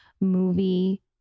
movie